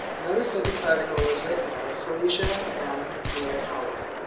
notice that the article is written by felicia m. miyakawa.